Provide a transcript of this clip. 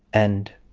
and